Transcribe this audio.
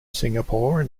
singapore